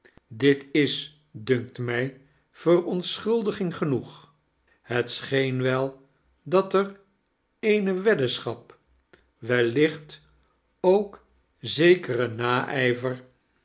dit is dunkt mij verontschuldiging genoeg het scheen wel dat er eene weddemschap wellicht ook zekere naijver